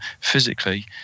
physically